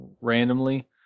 randomly